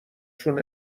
چون